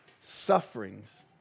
sufferings